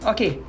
Okay